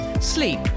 sleep